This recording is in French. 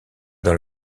dans